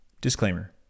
Disclaimer